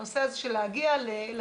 הנושא הזה של להגיע לקצה,